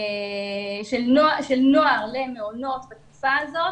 של נוער למעונות בתקופה הזאת,